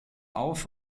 auf